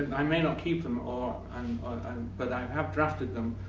and i may not keep them. ah um um but i have drafted them.